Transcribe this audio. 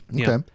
Okay